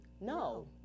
no